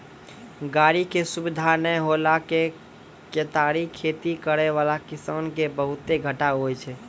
गाड़ी के सुविधा नै होला से केतारी खेती करै वाला किसान के बहुते घाटा हुवै छै